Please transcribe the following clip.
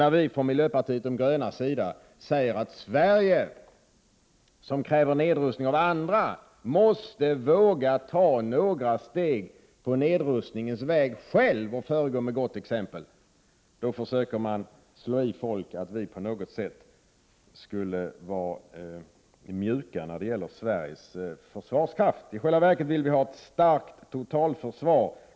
När vi från miljöpartiet de grönas sida säger att Sverige, som kräver att andra nedrustar, måste våga ta några steg på nedrustningens väg och föregå med gott exempel, då försöker man slå i folk att vi på något sätt skulle vara mjuka när det gäller Sveriges försvarskraft. I själva verket vill vi ha ett starkt totalförsvar.